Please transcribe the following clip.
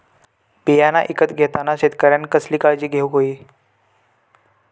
बियाणा ईकत घेताना शेतकऱ्यानं कसली काळजी घेऊक होई?